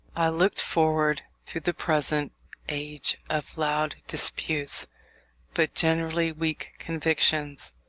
i looked forward, through the present age of loud disputes but generally weak convictions,